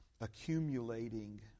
accumulating